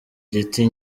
giti